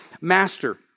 master